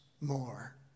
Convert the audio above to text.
more